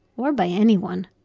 or by anyone,